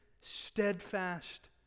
steadfast